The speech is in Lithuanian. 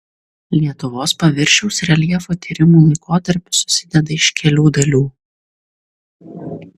lietuvos paviršiaus reljefo tyrimų laikotarpis susideda iš kelių dalių